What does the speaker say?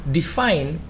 define